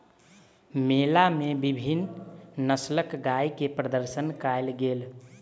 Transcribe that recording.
मेला मे विभिन्न नस्लक गाय के प्रदर्शन कयल गेल